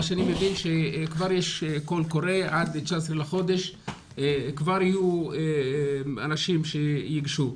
מה שאני מבין שכבר יש קול קורא עד 19 בחודש וכבר יהיו אנשים שייגשו.